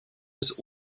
des